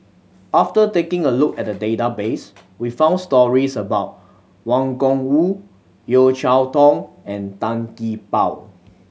after taking a look at the database we found stories about Wang Gungwu Yeo Cheow Tong and Tan Gee Paw